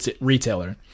retailer